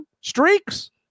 streaks